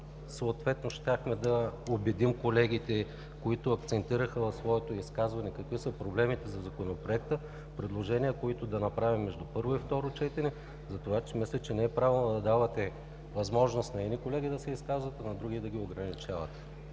с които щяхме да убедим колегите, които акцентираха в своето изказване какви са проблемите на Законопроекта, предложения, които да направим между първо и второ четене. Затова мисля, че не е правилно да давате възможност на едни колеги да се изказват, а други да ги ограничавате.